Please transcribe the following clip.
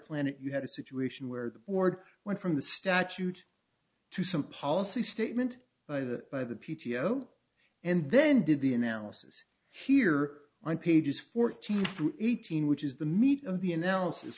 planet you had a situation where the board went from the statute to some policy statement by the by the p t o and then did the analysis here on pages fourteen to eighteen which is the meat of the analysis